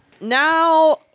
Now